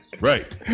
Right